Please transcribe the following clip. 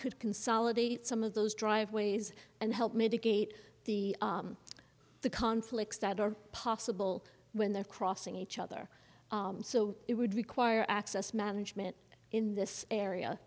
could consolidate some of those driveways and help mitigate the the conflicts that are possible when they're crossing each other so it would require access management in this area